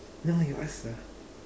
now you ask lah